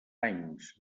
anys